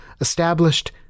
established